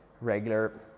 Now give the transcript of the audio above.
regular